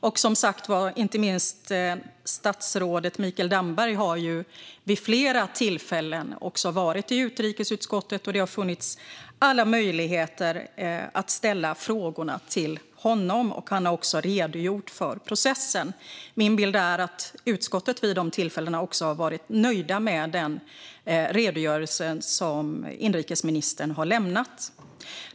Och, som sagt, inte minst statsrådet Mikael Damberg har vid flera tillfällen varit i utrikesutskottet. Det har funnits alla möjligheter att ställa frågorna till honom. Han har redogjort för processen. Min bild är att man i utskottet vid dessa tillfällen också har varit nöjd med den redogörelse som inrikesministern har lämnat.